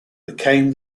became